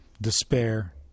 despair